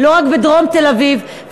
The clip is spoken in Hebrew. לא רק בדרום תל-אביב,